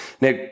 Now-